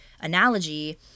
analogy